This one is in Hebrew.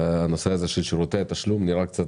הנושא הזה של שירותי התשלום נראה קצת